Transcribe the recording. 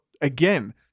again